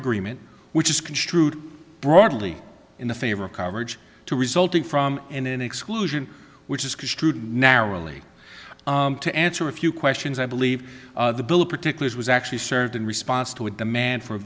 agreement which is construed broadly in the favor of coverage to resulting from an an exclusion which is construed narrowly to answer a few questions i believe the bill of particulars was actually served in response to a demand for